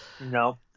No